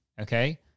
okay